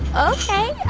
ok.